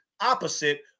opposite